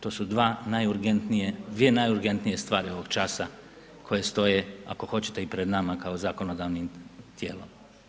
To su dva najurgentnije, dvije najurgentnije stvari ovog časa, koje stoje, ako hoćete i pred nama kao zakonodavnim tijelom.